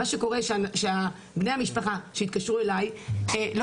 מה שקורה שבני המשפחה שהתקשרו אלי לא